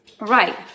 right